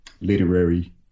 literary